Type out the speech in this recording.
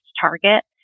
target